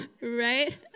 right